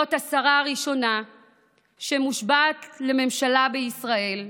להיות השרה הראשונה שמושבעת לממשלה בישראל.